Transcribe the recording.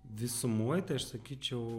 visumoj tai aš sakyčiau